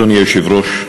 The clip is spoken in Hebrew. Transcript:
אדוני היושב-ראש,